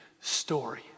story